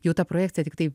jau ta projekcija tiktai